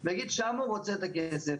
נגיד שמה הוא רוצה את הכסף,